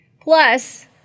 Plus